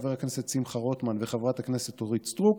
חבר הכנסת שמחה רוטמן וחברת הכנסת אורית סטרוק,